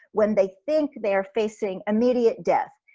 when they think they're facing immediate death.